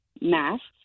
masks